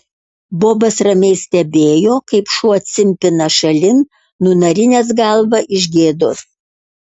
bobas ramiai stebėjo kaip šuo cimpina šalin nunarinęs galvą iš gėdos